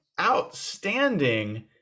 outstanding